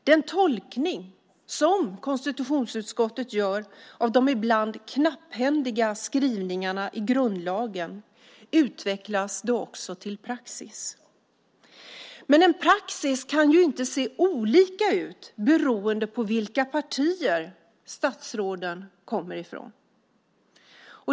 Den tolkning som konstitutionsutskottet gör av de ibland knapphändiga skrivningarna i grundlagen utvecklas då också till praxis. Men praxis kan ju inte se olika ut beroende på vilka partier statsråden representerar.